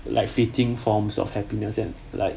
like fitting form of happiness and like